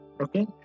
Okay